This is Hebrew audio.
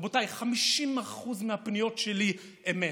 רבותיי, 50% מהפניות שלי, אמת.